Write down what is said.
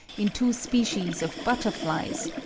in two species of butterflies,